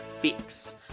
fix